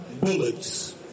bullets